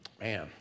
Man